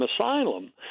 asylum